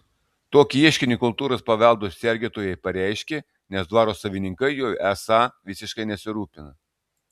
tokį ieškinį kultūros paveldo sergėtojai pareiškė nes dvaro savininkai juo esą visiškai nesirūpina